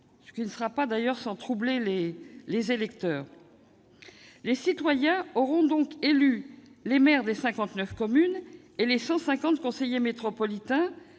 ce qui ne sera pas sans troubler les électeurs. Les citoyens éliront donc les maires des 59 communes et les 150 conseillers métropolitains